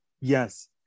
yes